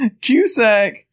Cusack